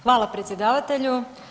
Hvala predsjedavatelju.